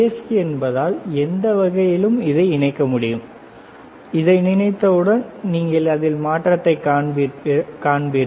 C என்பதால் எந்த வகையிலும் இதை இணைக்க முடியும் இதை நினைத்த உடன் நீங்கள் அதில் மாற்றத்தை காண்பீர்கள்